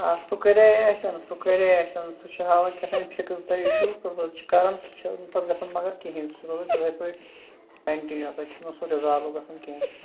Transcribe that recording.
آ سُہ کَریے اَسہِ سُہ کَرے اَسہِ سُہ چھُ ہاوَن کیٚنٛہہ تام فِکس دَ اِشوٗ پَتہٕ چھِ کَران سُہ چھُنہٕ پَتہٕ گَژھان مگر کِہیٖنٛۍ سُہ چھُ روزان تِتھٕے پٲٹھۍ کَٹِنیوٗ تَتہِ چھُنہٕ سُہ رِزالٕو گَژھان کیٚنٛہہ